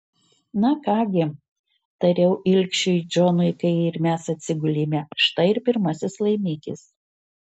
na ką gi tariau ilgšiui džonui kai ir mes atsigulėme štai ir pirmasis laimikis